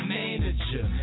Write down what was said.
manager